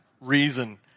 reason